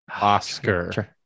oscar